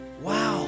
Wow